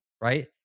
right